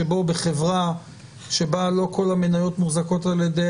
שבו בחברה שבה לא כל המניות מוחזקות על ידי